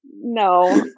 no